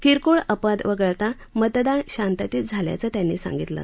किरकोळ अपवाद वगळत मतदान शांततेत झाल्याचं त्यांनी सांगितलं